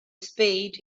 spade